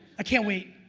i can't wait,